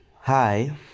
Hi